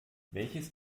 welches